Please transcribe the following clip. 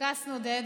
קרקס נודד.